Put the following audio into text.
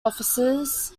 offices